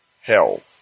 health